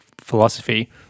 philosophy